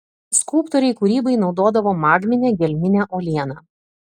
skulptoriai kūrybai naudodavo magminę gelminę uolieną